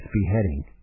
beheading